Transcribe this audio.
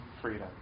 freedom